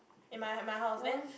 in my my house then